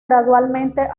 gradualmente